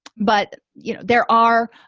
but you know there are